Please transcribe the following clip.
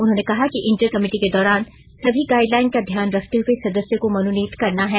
उन्होंने कहा कि इंटर कमेटी के दौरान सभी गाइडलाइन का ध्यान रखते हुए सदस्यों को मनोनित करना है